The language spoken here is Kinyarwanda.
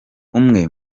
umwe